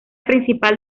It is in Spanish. principal